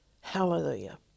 Hallelujah